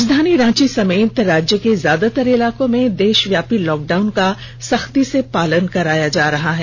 राजधानी रांची समेत राज्य के ज्यादातर इलाकों में देषव्यापी लॉकडाउन का सख्ती से पालन कराया जा रहा है